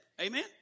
Amen